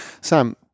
Sam